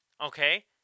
Okay